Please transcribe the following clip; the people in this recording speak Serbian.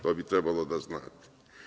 To bi trebalo da znate.